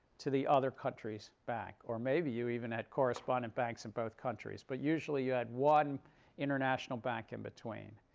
to the other country's bank. or maybe you even had correspondent banks in both countries. but usually you had one international bank in between.